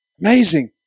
Amazing